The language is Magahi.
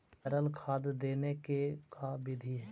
तरल खाद देने के का बिधि है?